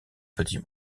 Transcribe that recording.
petit